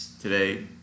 today